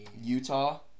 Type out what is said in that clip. Utah